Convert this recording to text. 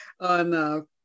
on